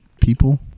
people